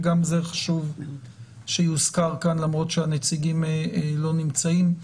וגם זה חשוב שיוזכר כאן למרות שהנציגים לא נמצאים.